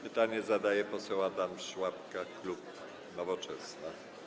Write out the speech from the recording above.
Pytanie zadaje poseł Adam Szłapka, klub Nowoczesna.